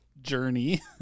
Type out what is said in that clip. journey